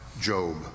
Job